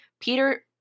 Peter